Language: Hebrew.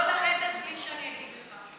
אל תרד, לא לרדת בלי שאני אגיד לך.